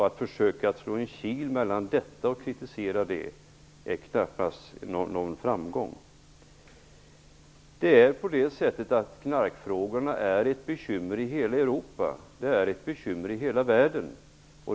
Att försöka slå en kil mellan dessa begrepp och kritisera utifrån det kan knappast bli framgångsrikt. Knarkfrågorna är ett bekymmer i hela Europa, i hela världen.